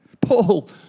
Paul